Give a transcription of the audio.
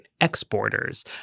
exporters